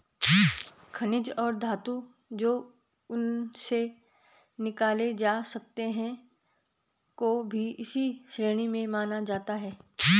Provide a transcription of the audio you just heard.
खनिज और धातु जो उनसे निकाले जा सकते हैं को भी इसी श्रेणी में माना जाता है